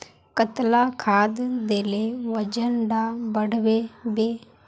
कतला खाद देले वजन डा बढ़बे बे?